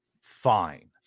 fine